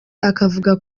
akavuga